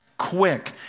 Quick